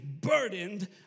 burdened